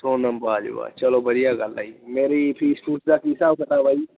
ਸੋਨਮ ਬਾਜਵਾ ਚਲੋ ਵਧੀਆ ਗੱਲ ਆ ਜੀ ਮੇਰੀ ਫੀਸ ਫੂਸ ਦਾ ਕੀ ਹਿਸਾਬ ਕਿਤਾਬ ਆ ਜੀ